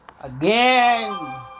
Again